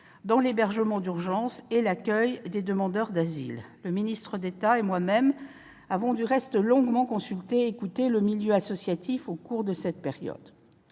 dans l'hébergement d'urgence et l'accueil des demandeurs d'asile. Le ministre d'État et moi-même avons, du reste, longuement consulté et écouté le milieu associatif au cours de cette période.